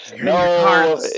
No